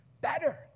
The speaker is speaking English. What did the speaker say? better